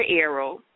arrow